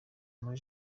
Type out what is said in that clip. muri